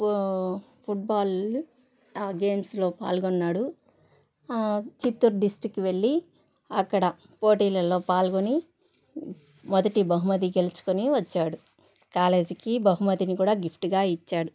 football గేమ్స్లో పాల్గొన్నాడు చిత్తూర్ డిస్టిక్కి వెళ్ళి అక్కడ పోటీలలో పాల్గొని మొదటి బహుమతి గెలుచుకొని వచ్చాడు కాలేజీకి బహుమతిని కూడా గిఫ్ట్గా ఇచ్చాడు